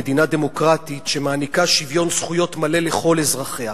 מדינה דמוקרטית שמעניקה שוויון זכויות מלא לכל אזרחיה,